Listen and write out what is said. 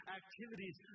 activities